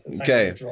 Okay